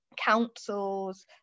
councils